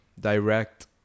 direct